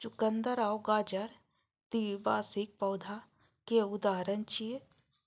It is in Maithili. चुकंदर आ गाजर द्विवार्षिक पौधाक उदाहरण छियै